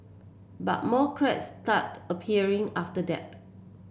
but more cracks started appearing after that